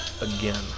again